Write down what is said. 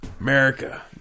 America